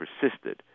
persisted